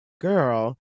Girl